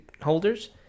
holders